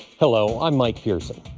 hello. i'm mike pearson.